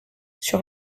sur